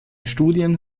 studien